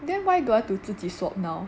then why don't want to 自己 swap now